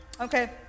Okay